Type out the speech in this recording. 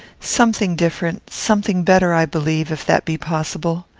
something different something better, i believe, if that be possible.